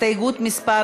הסתייגות מס'